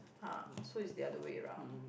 ah so is the other way around